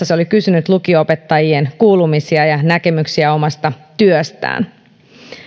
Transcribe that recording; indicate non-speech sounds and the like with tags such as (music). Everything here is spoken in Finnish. (unintelligible) se oli kysynyt lukio opettajien kuulumisia ja näkemyksiä omasta työstään